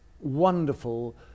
wonderful